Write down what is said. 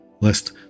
Lest